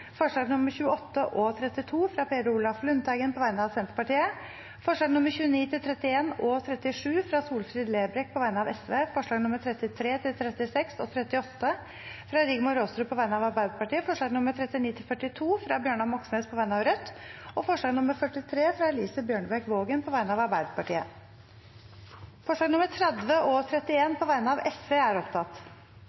forslag nr. 22, fra Rigmor Aasrud på vegne av Arbeiderpartiet og Senterpartiet forslagene nr. 23–27, fra Rigmor Aasrud på vegne av Arbeiderpartiet og Sosialistisk Venstreparti forslagene nr. 28 og 32, fra Per Olaf Lundteigen på vegne av Senterpartiet forslagene nr. 29–31 og 37 fra Solfrid Lerbrekk på vegne av Sosialistisk Venstreparti forslagene nr. 33–36 og 38, fra Rigmor Aasrud på vegne av Arbeiderpartiet forslagene nr. 39–42, fra Bjørnar Moxnes på vegne av Rødt forslag nr. 43, fra Elise Bjørnebekk-Waagen på